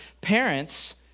parents